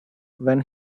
when